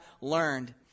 learned